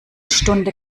stunde